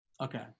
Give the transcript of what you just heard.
Okay